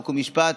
חוק ומשפט,